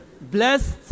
blessed